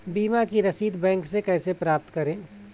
बीमा की रसीद बैंक से कैसे प्राप्त करें?